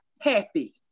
happy